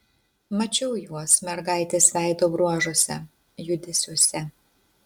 mačiau juos mergaitės veido bruožuose judesiuose